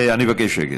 אני מבקש שקט.